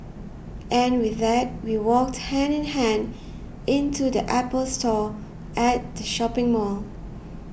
and with that we walked hand in hand into the Apple Store at the shopping mall